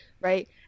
right